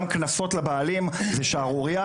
גם קנסות לבעלים זו שערוריה.